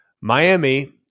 Miami